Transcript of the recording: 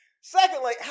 secondly